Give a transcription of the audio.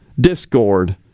discord